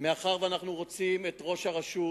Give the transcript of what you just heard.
מאחר שאנחנו רוצים שראש הרשות